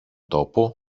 τόπο